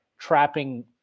trapping